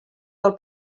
del